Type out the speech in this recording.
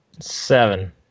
Seven